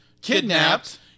kidnapped